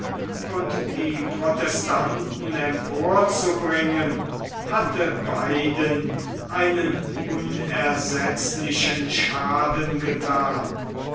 und die protestanten emporzubringen hatte beiden einen unersetzlichen schaden gethan